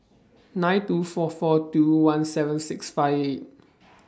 nine two four four two one seven six five eight